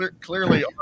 Clearly